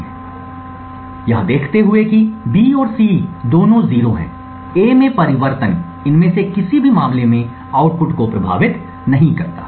उदाहरण के लिए यह देखते हुए कि B और C दोनों 0s हैं A में परिवर्तन इनमें से किसी भी मामले में आउटपुट को प्रभावित नहीं करता है